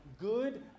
good